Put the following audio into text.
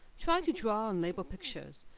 try to draw and label pictures.